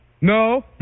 No